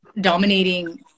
dominating